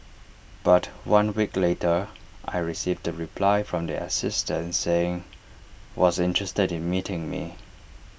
but one week later I received A reply from the assistant saying was interested in meeting me